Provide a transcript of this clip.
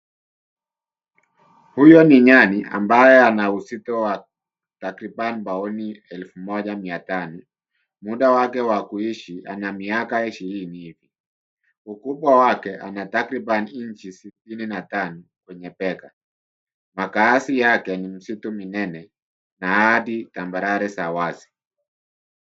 Huyo ni nyati ambaye ana uzito wa takriban poundi elfu Moja mia Tano. Muda wake wa kuishi ana miaka ishirini hivi. Ukubwa wake ana takriban inchi sitini na tano kwenye bega. Majaazi yake ni misitu minene na hadi tambarare za wazi .